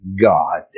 God